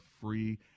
free